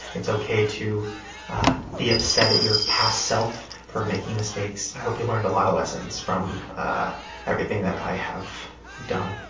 it's okay to be upset at your past self for making mistakes. i hope you learned a lot of lessons from everything that i have done,